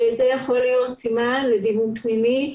זה יכול להיות סימן לדימום פנימי.